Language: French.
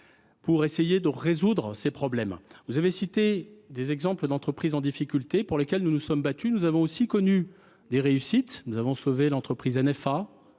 pour essayer de résoudre les problèmes. Vous avez cité des exemples d’entreprises en difficulté. Sur tous ces dossiers, nous nous sommes battus. Et nous avons connu des réussites. Nous avons sauvé l’entreprise Niche